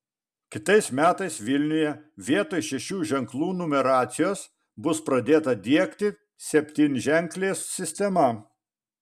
kitais metais vilniuje vietoj šešių ženklų numeracijos bus pradėta diegti septynženklė sistema